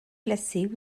glacée